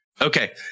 Okay